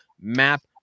map